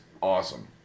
Awesome